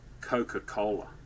Coca-Cola